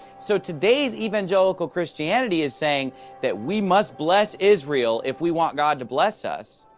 so today's evangelical christianity is saying that we must bless israel if we want god to bless us,